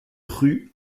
rue